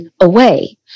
away